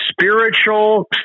spiritual